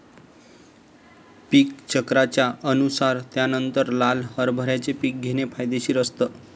पीक चक्राच्या अनुसार त्यानंतर लाल हरभऱ्याचे पीक घेणे फायदेशीर असतं